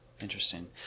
interesting